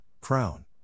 crown